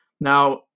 Now